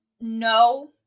no